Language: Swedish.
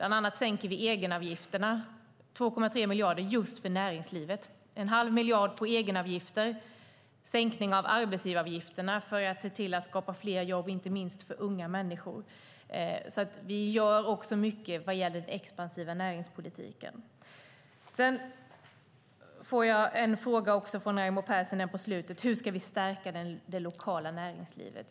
Bland annat sänker vi egenavgifterna med en halv miljard. Det blir också en sänkning av arbetsgivaravgifterna för att se till att skapa fler jobb, inte minst för unga människor. Vi gör mycket vad gäller den expansiva näringspolitiken. Jag fick en fråga från Raimo Pärssinen på slutet: Hur ska vi stärka det lokala näringslivet?